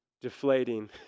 deflating